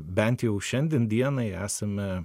bent jau šiandien dienai esame